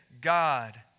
God